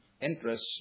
interest